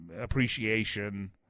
appreciation